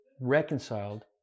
reconciled